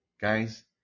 guys